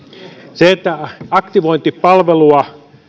se tiedetään että aktivointipalvelua